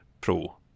Pro